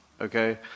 Okay